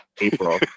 April